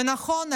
ונכון,